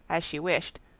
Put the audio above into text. as she wished,